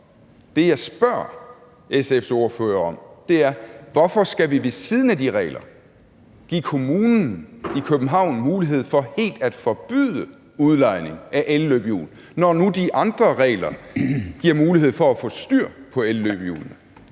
Det, jeg spørger SF's ordfører om, er: Hvorfor skal vi ved siden af de regler give Københavns Kommune mulighed for helt at forbyde udlejning af elløbehjul, når nu de andre regler giver mulighed for at få styr på elløbehjulene?